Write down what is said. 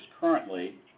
currently